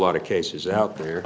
lot of cases out there